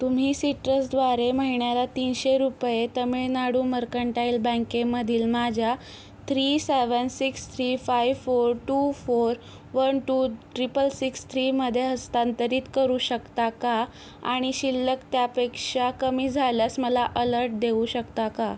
तुम्ही सिट्रसद्वारे महिन्याला तीनशे रुपये तामिळनाडू मर्कंटाइल बँकेमधील माझ्या three seven six three five four two four one two triple six थ्रीमध्ये हस्तांतरित करू शकता का आणि शिल्लक त्यापेक्षा कमी झाल्यास मला अलर्ट देऊ शकता का